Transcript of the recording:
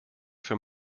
für